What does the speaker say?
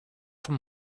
from